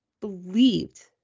believed